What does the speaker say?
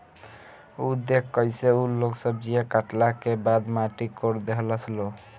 उ देखऽ कइसे उ लोग सब्जीया काटला के बाद माटी कोड़ देहलस लो